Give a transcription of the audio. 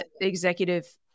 executive